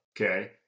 okay